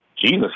Jesus